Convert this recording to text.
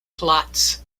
plots